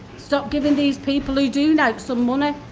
stop giving these people who do nowt some money.